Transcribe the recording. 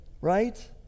right